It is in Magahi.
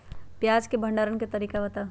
प्याज के भंडारण के तरीका बताऊ?